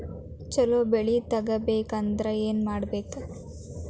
ಛಲೋ ಬೆಳಿ ತೆಗೇಬೇಕ ಅಂದ್ರ ಏನು ಮಾಡ್ಬೇಕ್?